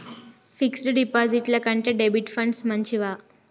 Fix డ్ డిపాజిట్ల కంటే డెబిట్ ఫండ్స్ మంచివా?